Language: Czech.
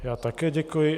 Já také děkuji.